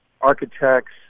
architects